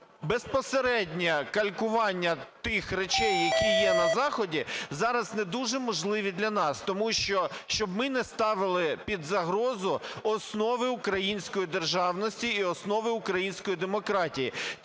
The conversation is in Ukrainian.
безпосереднє калькування тих речей, які є на заході, зараз не дуже можливі для нас, тому що, щоб ми не ставили під загрозу основи української державності і основи української демократії.